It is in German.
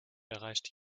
erreichte